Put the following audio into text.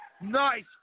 Nice